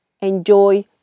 enjoy